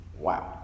wow